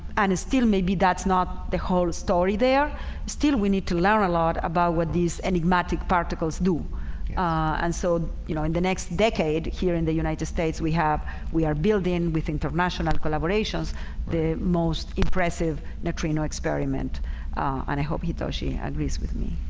and still maybe that's not the whole story there still. we need to learn a lot about what these enigmatic particles do and so you know in the next decade here in the united states we have we are building with international and collaborations the most impressive neutrino experiment and i hope he toshi at least with yeah